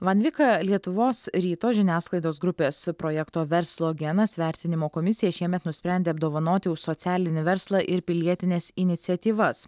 van viką lietuvos ryto žiniasklaidos grupės projekto verslo genas vertinimo komisija šiemet nusprendė apdovanoti už socialinį verslą ir pilietines iniciatyvas